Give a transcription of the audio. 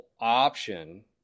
option